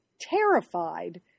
terrified